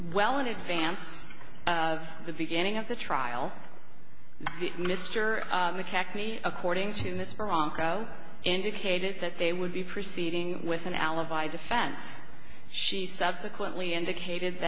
well in advance of the beginning of the trial mr mckechnie according to this bronco indicated that they would be proceeding with an alibi defense she subsequently indicated